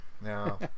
No